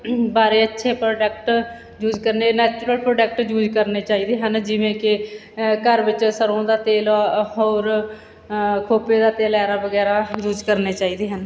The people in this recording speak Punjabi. ਬਾਰੇ ਅੱਛੇ ਪ੍ਰੋਡਕਟ ਯੂਜ ਕਰਨੇ ਨੈਚੁਰਲ ਪ੍ਰੋਡਕਟ ਯੂਜ ਕਰਨੇ ਚਾਹੀਦੇ ਹਨ ਜਿਵੇਂ ਕਿ ਘਰ ਵਿੱਚ ਸਰ੍ਹੋਂ ਦਾ ਤੇਲ ਹੋਰ ਖੋਪੇ ਦਾ ਤੇਲ ਐਰਾ ਵਗੈਰਾ ਯੂਜ ਕਰਨੇ ਚਾਹੀਦੇ ਹਨ